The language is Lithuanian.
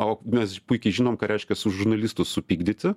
o mes ž puikiai žinom ką reiškia su žurnalistus supykdyti